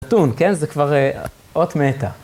נתון, כן? זה כבר אות מתה.